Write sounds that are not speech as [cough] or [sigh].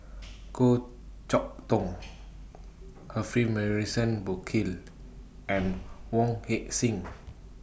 [noise] Goh Chok Tong [noise] Humphrey Morrison Burkill [noise] and Wong Heck Sing [noise]